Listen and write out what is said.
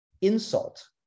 insult